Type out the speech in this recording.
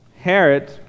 Herod